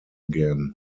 again